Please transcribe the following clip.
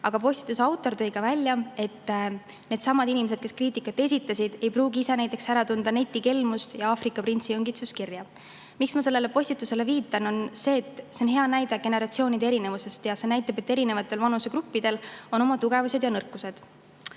Aga postituse autor tõi ka välja, et needsamad inimesed, kes kriitikat esitasid, ei pruugi ise ära tunda netikelmust või Aafrika printsi õngitsuskirja. Miks ma sellele postitusele viitan? See on hea näide generatsioonide erinevusest, mis näitab, et eri vanusegruppidel on oma tugevused ja nõrkused.